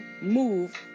move